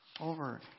over